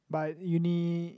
but uni